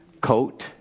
coat